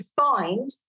find